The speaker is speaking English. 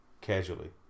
Casually